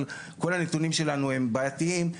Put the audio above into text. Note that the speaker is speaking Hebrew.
אבל כל הנתונים שלנו הם בעייתיים,